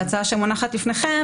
בהצעה שמונחת לפניכם,